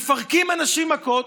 מפרקים אנשים במכות,